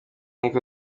nkiko